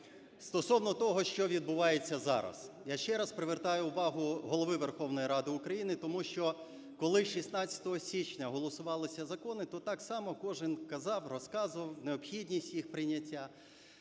Стосовно того, що відбувається зараз. Я ще раз привертаю увагу Голови Верховної Ради України, тому що, коли 16 січня голосувалися закони, то так само кожен казав, розказував необхідність їх прийняття,